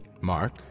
Mark